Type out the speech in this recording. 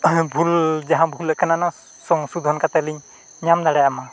ᱵᱷᱩᱞ ᱡᱟᱦᱟᱸ ᱵᱷᱩᱞ ᱟᱠᱟᱱᱟ ᱚᱱᱟ ᱥᱚᱝᱥᱳᱫᱷᱚᱱ ᱠᱟᱛᱮᱫ ᱞᱤᱧ ᱧᱟᱢ ᱫᱟᱲᱮᱭᱟᱢᱟ